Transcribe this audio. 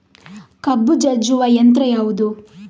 ಕಬ್ಬು ಜಜ್ಜುವ ಯಂತ್ರ ಯಾವುದು?